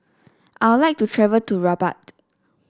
I would like to travel to Rabat